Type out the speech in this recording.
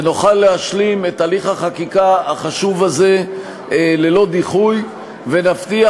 נוכל להשלים את הליך החקיקה החשוב הזה ללא דחוי ונבטיח